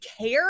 care